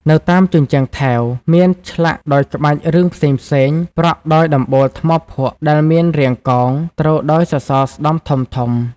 នៅតាមជញ្ជាំងថែរ មានធ្លាក់ដោយក្បាច់រឿងផ្សេងៗ ប្រក់ដោយដំបូលថ្មភក់ដែលមានរាងកោង ទ្រដោយសសរស្តម្ភធំៗ។